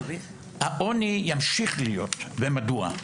העוני ימשיך להיות ומדוע?